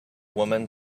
woman